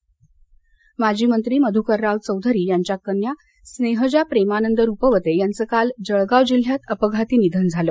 निधन माजी मंत्री मधुकरराव चौधरी यांच्या कन्या स्नेहजा प्रेमानंद रुपवते यांचं काल जळगाव जिल्ह्यात अपघाती निधन झालं